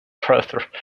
possessed